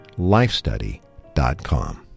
lifestudy.com